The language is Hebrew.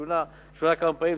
1961, זה שונה, שונה כמה פעמים.